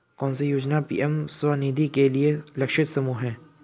कौन सी योजना पी.एम स्वानिधि के लिए लक्षित समूह है?